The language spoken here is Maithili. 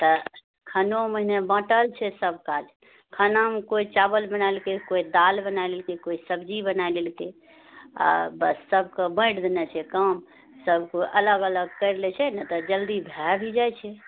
तऽ खानोमे एहने बाँटल छै सब काज खानामे कोइ चावल बनाए लेलकै कोइ दाल बनाए लेलकै सब्जी बनाए लेलकै आ बस सबके बाँटि देने छै काम सबके अलग अलग करि लए छै ने तऽ जल्दी भए भी जाइत छै